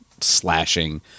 slashing